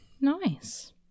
nice